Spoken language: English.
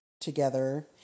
together